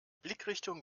blickrichtung